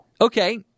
Okay